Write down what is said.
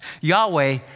Yahweh